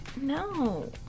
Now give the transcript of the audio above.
No